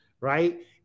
right